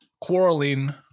quarreling